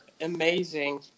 amazing